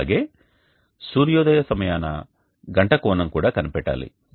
అలాగే సూర్యోదయ సమయాన గంట కోణం కూడా కనిపెట్టాలి